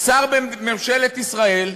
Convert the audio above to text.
שר בממשלת ישראל,